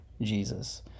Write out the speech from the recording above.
Jesus